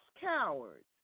cowards